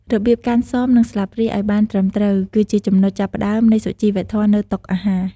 របៀបកាន់សម និងស្លាបព្រាឱ្យបានត្រឹមត្រូវ គឺជាចំណុចចាប់ផ្តើមនៃសុជីវធម៌នៅតុអាហារ។